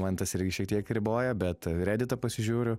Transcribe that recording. man tas irgi šiek tiek riboja bet reditą pasižiūriu